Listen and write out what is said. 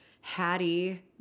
Hattie